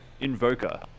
Invoker